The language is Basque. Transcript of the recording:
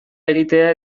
egitea